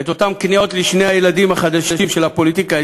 את אותן כניעות לשני הילדים החדשים של הפוליטיקה הישראלית,